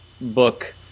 book